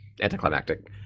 anticlimactic